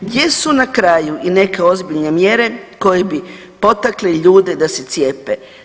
Gdje su na kraju i neke ozbiljne mjere koje bi potakle ljude da se cijepe.